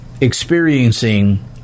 experiencing